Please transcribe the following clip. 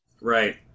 right